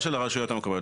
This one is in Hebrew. לא של הרשויות המקומיות,